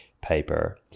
paper